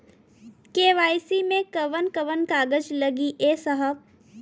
KYC मे कवन कवन कागज लगी ए साहब?